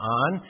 on